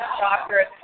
doctor